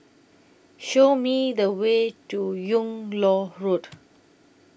Show Me The Way to Yung Loh Road